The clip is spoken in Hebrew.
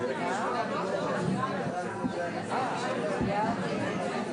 בוקר טוב וכנס קיץ פורה ומשמעותי לכולם,